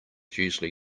usually